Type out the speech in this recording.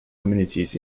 communities